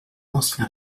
ancien